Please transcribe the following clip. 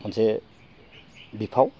मोनसे बिफाव